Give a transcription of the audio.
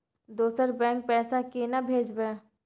दोसर बैंक पैसा केना भेजबै?